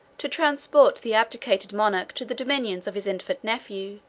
to transport the abdicated monarch to the dominions of his infant nephew,